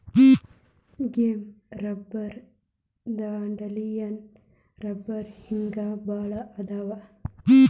gum rubber dandelion ರಬ್ಬರ ಹಿಂಗ ಬಾಳ ಅದಾವ